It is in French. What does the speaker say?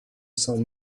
cents